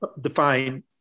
define